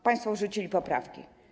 Państwo wrzucili poprawki.